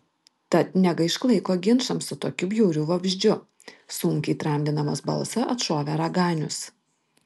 tad negaišk laiko ginčams su tokiu bjauriu vabzdžiu sunkiai tramdydamas balsą atšovė raganius